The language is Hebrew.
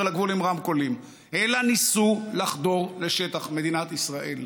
לגבול עם רמקולים אלא ניסו לחדור לשטח מדינת ישראל.